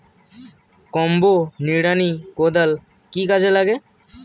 Combo নিড়ানি কোদাল কি কাজে লাগে?